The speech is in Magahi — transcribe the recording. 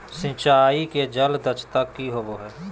सिंचाई के जल दक्षता कि होवय हैय?